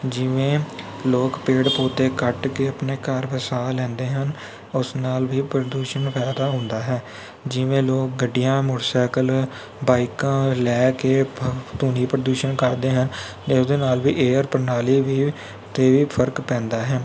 ਜਿਵੇਂ ਲੋਕ ਪੇੜ ਪੌਦੇ ਕੱਟ ਕੇ ਆਪਣੇ ਘਰ ਵਸਾ ਲੈਂਦੇ ਹਨ ਉਸ ਨਾਲ ਵੀ ਪ੍ਰਦੂਸ਼ਣ ਪੈਦਾ ਹੁੰਦਾ ਹੈ ਜਿਵੇਂ ਲੋਕ ਗੱਡੀਆਂ ਮੋਟਰਸਾਈਕਲ ਬਾਈਕਾਂ ਲੈ ਕੇ ਫ ਧੁਨੀ ਪ੍ਰਦੂਸ਼ਣ ਕਰਦੇ ਹਨ ਅਤੇ ਉਹ ਦੇ ਨਾਲ ਵੀ ਏਅਰ ਪ੍ਰਣਾਲੀ ਵੀ 'ਤੇ ਵੀ ਫ਼ਰਕ ਪੈਂਦਾ ਹੈ